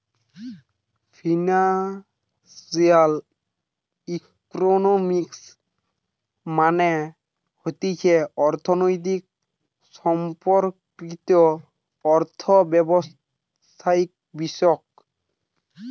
financial economics মানে হতিছে অর্থনীতি সম্পর্কিত অর্থব্যবস্থাবিষয়ক